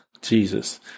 Jesus